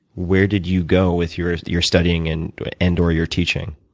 where did you go with your your studying and and or your teaching?